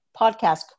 podcast